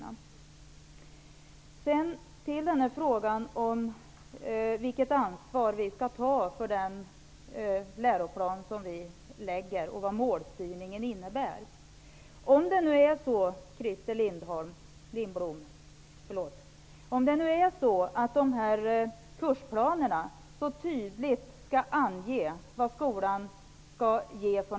Jag skall nu gå över till frågan om ansvaret för läroplanen och frågan om vad målstyrningen innebär. Det finns ingen anledning att tvivla på att dessa kursplaner tydligt skall ange vad skolan skall göra.